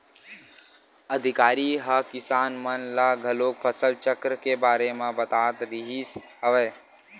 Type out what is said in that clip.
अधिकारी ह किसान मन ल घलोक फसल चक्र के बारे म बतात रिहिस हवय